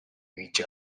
each